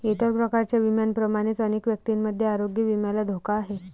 इतर प्रकारच्या विम्यांप्रमाणेच अनेक व्यक्तींमध्ये आरोग्य विम्याला धोका आहे